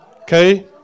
okay